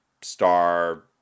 star